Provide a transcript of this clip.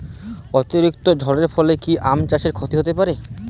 অতিরিক্ত ঝড়ের ফলে কি আম চাষে ক্ষতি হতে পারে?